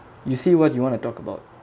you see what you want to talk about